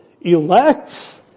elect